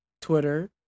Twitter